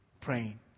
praying